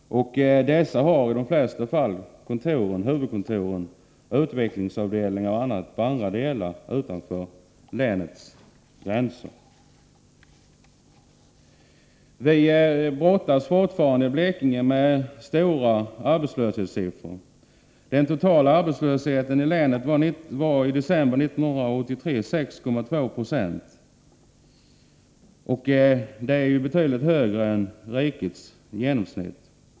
Dessa industrier har i de flesta fall huvudkontoren, utvecklingsavdelningarna och annat utanför länets gränser. I Blekinge brottas vi fortfarande med stora arbetslöshetssiffror. Den totala arbetslösheten i länet var 6,2 70 i december 1983. Det är betydligt högre än genomsnittet i riket.